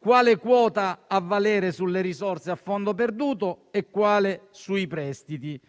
sia la quota a valere sulle risorse a fondo perduto e quale sui prestiti.